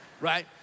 right